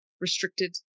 restricted